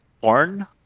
porn